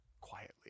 quietly